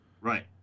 Right